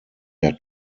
der